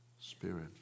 Spirit